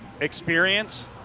experience